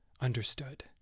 understood